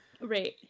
Right